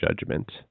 judgment